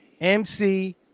MC